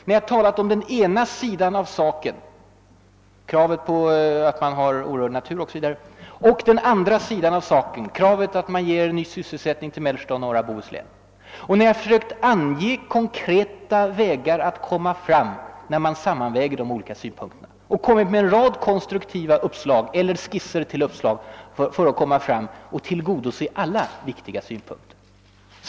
Jag har talat å ena sidan om kravet på orörd natur osv. och å andra sidan om kravet att ge människorna i mellersta och nor ra Bohuslän ny sysselsättning. Jag har försökt ange konkreta vägar att gå fram på efter en sammanvägning av de olika synpunkterna. Dessutom har jag kommit med en rad skisser till konkreta uppslag för att tillgodose viktiga synpunkter.